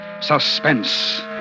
Suspense